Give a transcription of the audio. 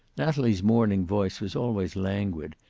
natalie's morning voice was always languid,